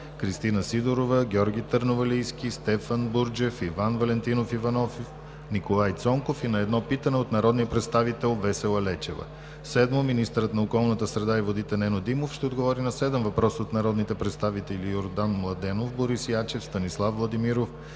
Кристина Сидорова; Георги Търновалийски; Стефан Бурджев; Иван Валентинов Иванов; и Николай Цонков; и на едно питане от народния представител Весела Лечева. 6. Министърът на околната среда и водите Нено Димов ще отговори на седем въпроса от народните представители Йордан Младенов; Борис Ячев; Станислав Владимиров,